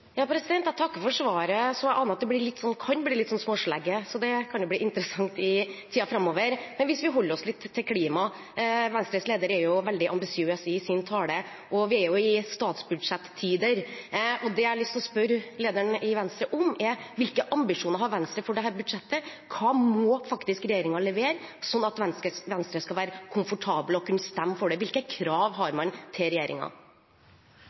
Jeg takker for svaret. Jeg aner at det kan bli litt småslegge. Det kan bli interessant i tiden framover. Hvis vi holder oss litt til klima: Venstres leder er veldig ambisiøs i sin tale, og det er statsbudsjettider. Det jeg har lyst til å spørre lederen i Venstre om, er hvilke ambisjoner Venstre har for dette budsjettet. Hva må regjeringen faktisk levere for at Venstre skal være komfortabel og kunne stemme for det? Hvilke krav har man til regjeringen? Mitt krav er ganske enkelt: Regjeringa